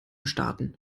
starten